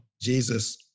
Jesus